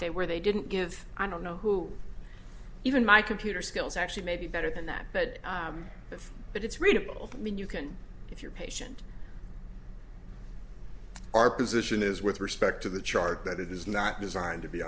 they were they didn't give i don't know who even my computer skills actually may be better than that but if but it's readable when you can if you're patient our position is with respect to the chart that it is not designed to be